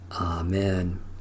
Amen